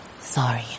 Sorry